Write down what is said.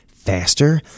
faster